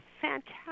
fantastic